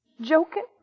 Joking